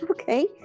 okay